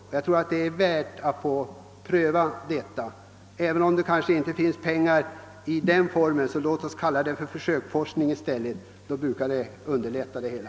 Om det inte finns pengar för just ett sådant ändamål, så låt oss kalla det försöksforskning i stället — det brukar underlätta det hela.